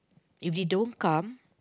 if you don't come